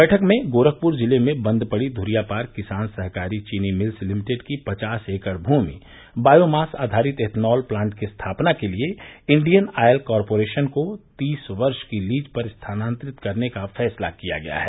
बैठक में गोरखपुर ज़िले में बंद पड़ी धूरियापार किसान सहकारी चीनी मिल्स लिमिटेड की पचास एकड़ भूमि बायोमास आधारित एथनॉल प्लांट की स्थापना के लिए इंडियन ऑयल कारपोरेशन को तीस वर्ष की लीज़ पर स्थानान्तरित करने का फैसला किया गया है